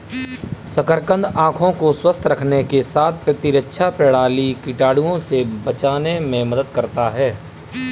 शकरकंद आंखों को स्वस्थ रखने के साथ प्रतिरक्षा प्रणाली, कीटाणुओं से बचाने में मदद करता है